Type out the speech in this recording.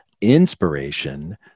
inspiration